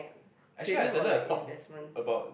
actually I attended a talk about